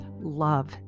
love